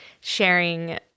sharing